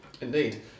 Indeed